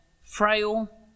frail